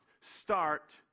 start